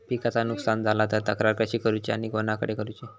पिकाचा नुकसान झाला तर तक्रार कशी करूची आणि कोणाकडे करुची?